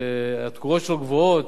התקורות שלו גבוהות,